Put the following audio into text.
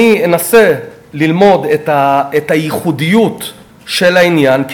אני אנסה ללמוד את הייחודיות של העניין,